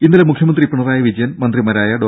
ഇന്നലെ മുഖ്യമന്ത്രി പിണറായി വിജയൻ മന്ത്രിമാരായ ഡോ